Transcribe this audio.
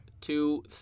two